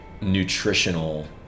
nutritional